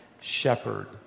shepherd